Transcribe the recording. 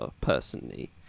personally